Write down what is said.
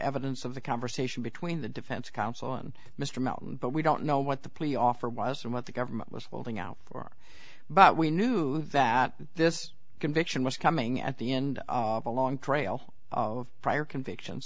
evidence of the conversation between the defense counsel and mr miller but we don't know what the plea offer was and what the government was holding out for but we knew that this conviction was coming at the end of a long trail of prior convictions